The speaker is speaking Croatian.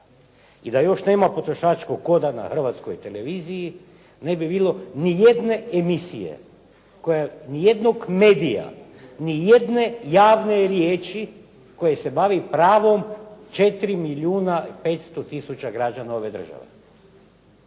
I da još nema "Potrošačkog koda" na Hrvatskoj televiziji ne bi bilo ni jedne emisije, ni jednog medija, ni jedne javne riječi koje se bavi pravom 4 milijuna i 500 tisuća građana ove države.